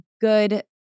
good